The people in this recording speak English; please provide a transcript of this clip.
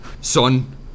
Son